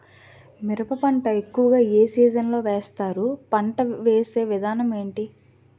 మిరప పంట ఎక్కువుగా ఏ సీజన్ లో వేస్తారు? పంట వేసే విధానం ఎంటి?